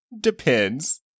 depends